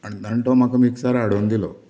आनी तांणी तो म्हाका मिक्सर हाडून दिलो